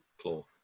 claw